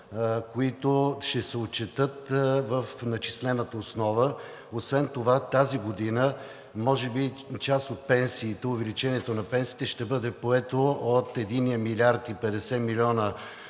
които ще се отчетат в начислената основа. Освен това тази година може би част от увеличението на пенсиите ще бъде поето от 1 млрд. 50 млн.